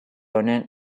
honen